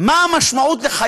ומי שנשאר בבית וצריך לשאת בנטל,